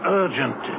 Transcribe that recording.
urgent